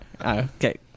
Okay